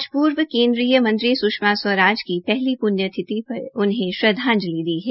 आज पूर्व केन्द्रीय मंत्री स्षमा स्वराज की पहली प्ण्यतिथि पर उन्हें श्रद्ांजलि दी गई